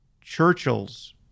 Churchill's